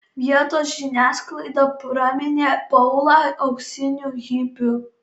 vietos žiniasklaida praminė paulą auksiniu hipiu